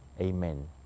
Amen